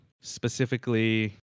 specifically